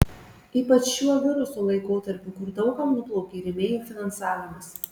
ypač šiuo viruso laikotarpiu kur daug kam nuplaukė rėmėjų finansavimas